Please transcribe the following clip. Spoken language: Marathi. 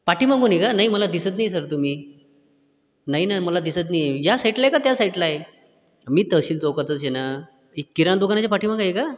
पाठीमागून आहे का नाही मला दिसत नाही आहे सर तुम्ही नाही ना मला दिसत नाही आहे ह्या साइटला आहे का त्या साइटला आहे मी तहसील चौकातच आहे ना किराणा दुकानाच्या पाठीमागं आहे का